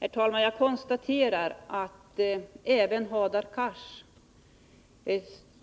Herr talman! Jag konstaterar att Hadar Cars,